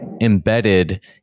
embedded